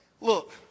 look